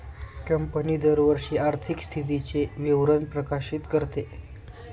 company दरवर्षी आर्थिक स्थितीचे विवरण प्रकाशित करते